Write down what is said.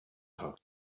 her